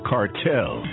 Cartel